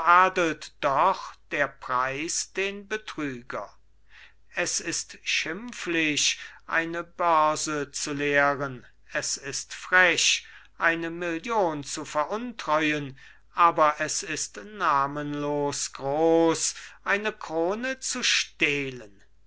doch der preis den betrüger es ist schimpflich eine börse zu leeren es ist frech eine million zu veruntreuen aber es ist namenlos groß eine krone zu stehlen